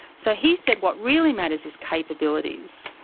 so he said, what really matters is capabilities.